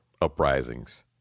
uprisings